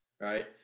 right